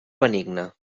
benigne